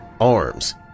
arms